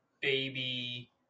baby